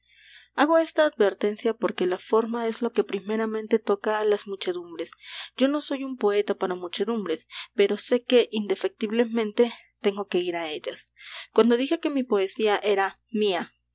hago esta advertencia porque la forma es lo que primeramente toca a las muchedumbres yo no soy un poeta para muchedumbres pero sé que indefectiblemente tengo que ir a ellas cuando dije que mi poesía era mía